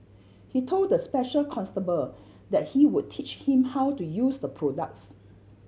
he told the special constable that he would teach him how to use the products